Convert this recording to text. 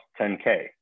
10K